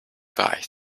bite